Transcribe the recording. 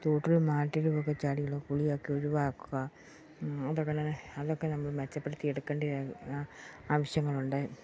തോട്ടിലും ആറ്റിലുമൊക്കെ ചാടിയുള്ള കുളിയൊക്കെ ഒഴിവാക്കുക അതൊക്കെ അങ്ങനെ അതൊക്കെ നമ്മൾ മെച്ചപ്പെടുത്തി എടുക്കേണ്ട ആ ആവശ്യങ്ങളുണ്ട്